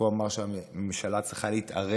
כי הוא אמר שהממשלה צריכה להתערב